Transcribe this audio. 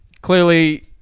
clearly